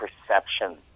perception